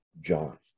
John